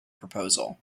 proposal